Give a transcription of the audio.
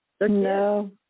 no